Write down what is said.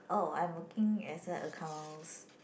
oh I'm working as a accounts